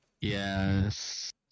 yes